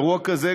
אירוע כזה,